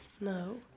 No